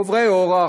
עוברי אורח,